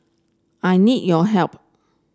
I need your help